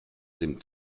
dem